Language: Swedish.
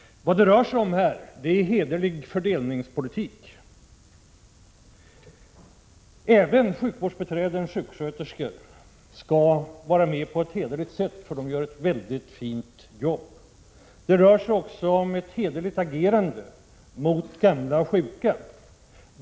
Vad det rör sig om är hederlig fördelningspolitik. Även sjukvårdsbiträden och sjuksköterskor skall behandlas på ett hederligt sätt. De gör ett mycket fint jobb. Det rör sig också om ett hederligt agerande mot gamla och sjuka.